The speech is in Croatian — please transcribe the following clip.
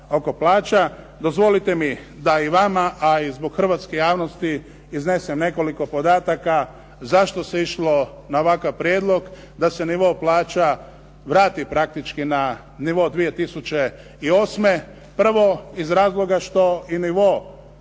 dozvolite mi da i vama, a i zbog hrvatske javnosti iznesem nekoliko podataka zašto se išlo na ovakav prijedlog da se nivo plaća vrati praktički na nivo 2008. Prvo iz razloga što i nivo